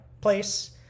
place